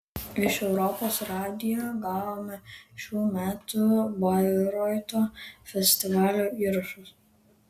iš europos radijo gavome šių metų bairoito festivalio įrašus